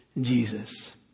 Jesus